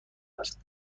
است